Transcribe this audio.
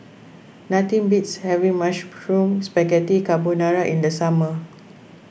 nothing beats having Mushroom Spaghetti Carbonara in the summer